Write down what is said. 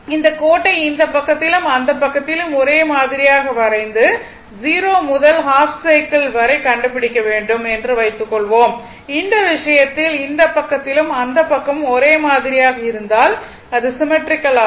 இந்த கோட்டை இந்த பக்கத்திலும் அந்த பக்கத்திலும் ஒரே மாதிரியாக வரைந்து 0 முதல் ஹாஃப் சைக்கிள் வரை கண்டுபிடிக்க வேண்டும் என்று வைத்துக்கொள்வோம் இந்த விஷயத்தில் இந்த பக்கத்திலும் அந்த பக்கமும் ஒரே மாதிரியாக இருந்தால் அது சிம்மெட்ரிக்கல் ஆகும்